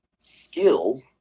skill